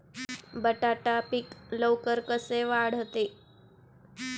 बटाटा पीक लवकर कसे वाढते?